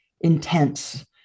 intense